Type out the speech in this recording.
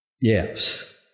Yes